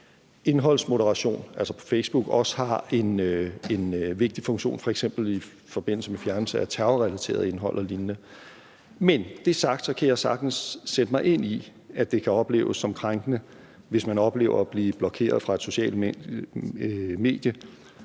indholdsmoderation, altså på Facebook, også har en vigtig funktion, f.eks. i forbindelse med fjernelse af terrorrelateret indhold og lignende. Men med det sagt kan jeg sagtens sætte mig ind i, at det kan opleves som krænkende, hvis man oplever at blive blokeret fra et socialt medie,